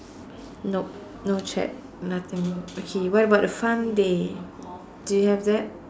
nope no track nothing okay what about the fun day do you have that